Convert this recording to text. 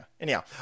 Anyhow